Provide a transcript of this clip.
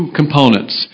components